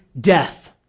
death